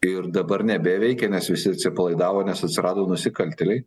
ir dabar nebeveikia nes visi atsipalaidavo nes atsirado nusikaltėliai